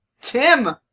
Tim